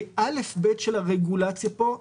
כאל"ף-בי"ת של הרגולציה פה,